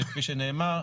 שכפי שנאמר,